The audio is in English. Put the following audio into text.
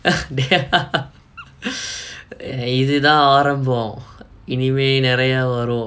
ah இதுதா ஆரம்போ இனிமே நெறையா வரும்:ithuthaa aarambo inimae neraiyaa varum